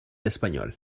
español